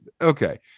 Okay